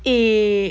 eh